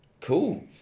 cool